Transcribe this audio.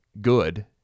good